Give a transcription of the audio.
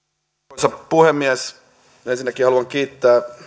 arvoisa puhemies ensinnäkin haluan kiittää